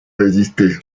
résister